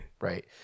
right